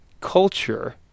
culture